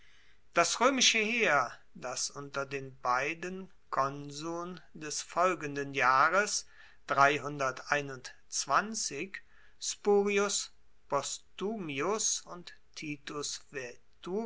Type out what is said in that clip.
das roemische heer das unter den beiden konsuln des folgenden jahres spurius postumius und titus